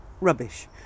rubbish